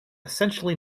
essentially